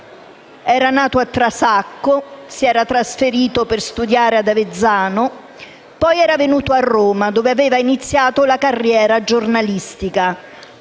Era nato a Trasacco, si era trasferito per studiare ad Avezzano, poi era venuto a Roma, dove aveva iniziato la carriera giornalistica,